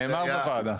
נאמר בוועדה.